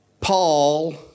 Paul